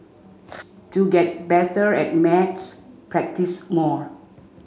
to get better at maths practise more